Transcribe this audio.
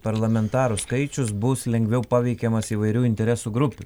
parlamentarų skaičius bus lengviau paveikiamas įvairių interesų grupių